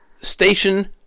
station